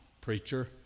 preacher